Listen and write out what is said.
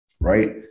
right